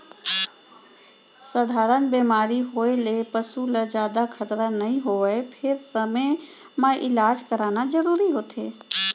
सधारन बेमारी होए ले पसू ल जादा खतरा नइ होवय फेर समे म इलाज कराना जरूरी होथे